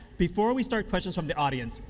before we start questions from the audience,